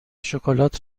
شکلات